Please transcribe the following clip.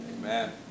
Amen